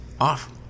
off